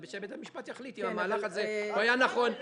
ושבית המשפט יחליט אם המהלך הזה היה נכון או לא.